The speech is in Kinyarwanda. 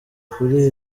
kuri